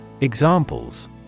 Examples